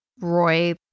Roy